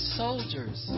soldiers